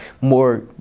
more